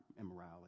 immorality